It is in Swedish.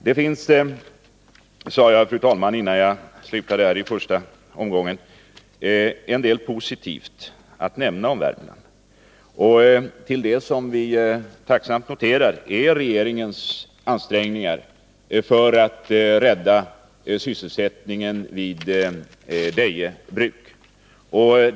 Det finns, sade jag innan jag slutade i första omgången, en del positivt att nämna om Värmland. Till det som vi tacksamt noterar hör regeringens ansträngningar för att rädda sysselsättningen vid Deje Bruk.